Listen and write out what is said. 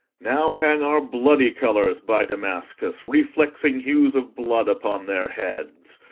now hang our bloody colours by damascus, reflexing hues of blood upon their heads,